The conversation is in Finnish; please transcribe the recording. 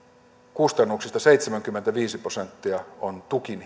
kustannuksista seitsemänkymmentäviisi prosenttia on tukin